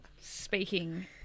Speaking